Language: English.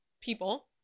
people